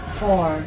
four